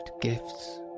gifts